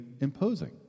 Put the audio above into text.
imposing